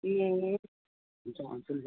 ए